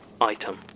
Item